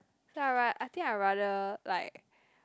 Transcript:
I ra~ I think I rather like